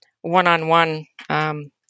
one-on-one